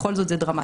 בכל זאת זה דרמטי.